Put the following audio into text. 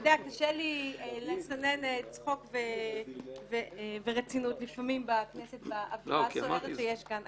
קשה לי לסנן צחוק ורצינות לפעמים בכנסת באווירה הסוערת שיש כאן.